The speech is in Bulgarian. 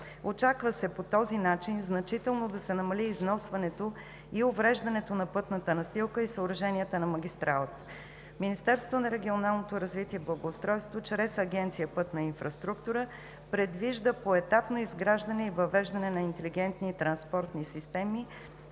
Очаква се по този начин значително да се намали износването и увреждането на пътната настилка и съоръженията на магистралата. Министерството на регионалното развитие и благоустройството чрез Агенция „Пътна инфраструктура“ предвижда поетапно изграждане и въвеждане на интелигентни транспортни системи